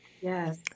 Yes